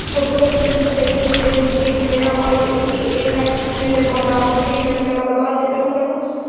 ଛୋଟ ଛୋଟ ଜିନିଷ ଦେଖେଇଥିଲେ ବୁଝେଇଥିଲେ ଆଉ କହିଥିଲେ କି ଏଇଟା ନେଲେ ଭଲ ହବ ସେଇଟା ନେଲେ ଭଲ ହବ ଆଉ ଯେବେ ମୁଁ ତାକୁ